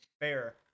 Fair